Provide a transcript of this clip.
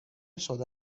شده